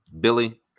Billy